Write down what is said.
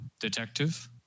Detective